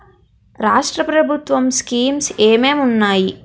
రాష్ట్రం ప్రభుత్వ స్కీమ్స్ ఎం ఎం ఉన్నాయి?